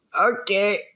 okay